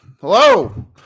hello